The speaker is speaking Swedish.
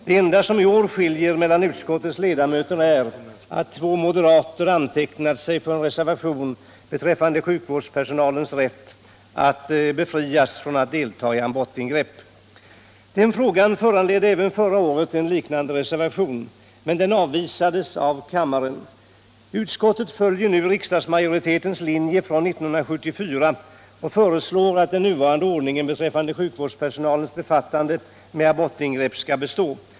Det enda som i år skiljer utskottets ledamöter åt är att två moderater antecknat sig för en reservation beträffande sjukvårdspersonalens rätt att befrias från att deltaga i abortingrepp. Den frågan föranledde även förra året en liknande reservation. Men den avvisades av kammaren. Utskottet följer nu riksdagsmajoritetens linje från 1974 och föreslår att den nuvarande ordningen beträffande sjukvårdspersonalens befattning med abortingrepp skall bestå.